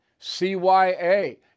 CYA